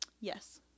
Yes